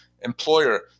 employer